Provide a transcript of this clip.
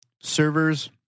servers